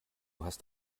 hast